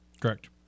Correct